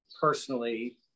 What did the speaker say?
personally